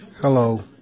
hello